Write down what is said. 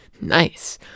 Nice